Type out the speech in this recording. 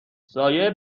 سایه